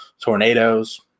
tornadoes